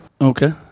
Okay